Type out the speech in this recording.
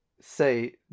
say